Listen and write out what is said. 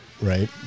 right